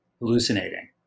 hallucinating